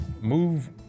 move